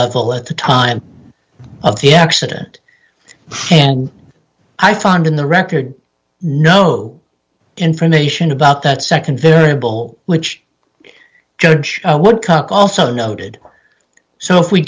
level at the time of the accident and i found in the record no information about that nd variable which judge what congo also noted so if we